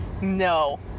No